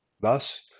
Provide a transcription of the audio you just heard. Thus